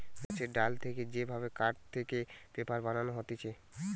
গাছের ডাল থেকে যে ভাবে কাঠ থেকে পেপার বানানো হতিছে